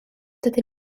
dydyn